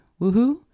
woohoo